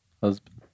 Husband